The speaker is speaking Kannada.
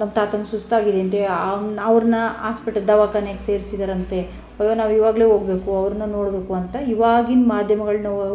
ನಮ್ಮ ತಾತಂಗೆ ಸುಸ್ತಾಗಿದೆಯಂತೆ ಅವ್ರನ್ನ ಆಸ್ಪಿಟಲ್ ದವಾಖಾನೆಗ್ ಸೇರಿಸಿದ್ದಾರಂತೆ ಅಯ್ಯೋ ನಾವು ಇವಾಗಲೆ ಹೋಗ್ಬೇಕು ಅವ್ರನ್ನ ನೋಡಬೇಕು ಅಂತ ಇವಾಗಿನ ಮಾಧ್ಯಮಗಳ್ ನಾವು